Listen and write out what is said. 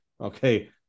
Okay